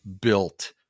built